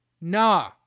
Nah